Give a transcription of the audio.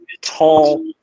tall